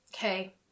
Okay